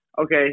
okay